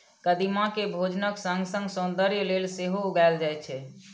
कदीमा कें भोजनक संग संग सौंदर्य लेल सेहो उगायल जाए छै